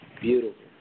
Beautiful